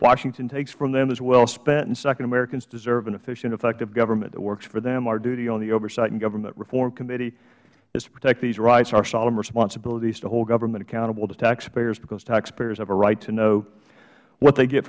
washington takes from them is well spent and second americans deserve an efficient effective government that works for them our duty on the oversight and government reform committee is to protect these rights our solemn responsibility is to hold government accountable to taxpayers because taxpayers have a right to know what they get